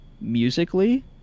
musically